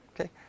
Okay